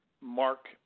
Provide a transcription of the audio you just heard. mark